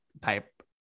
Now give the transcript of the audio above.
type